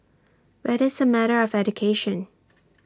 but it's A matter of education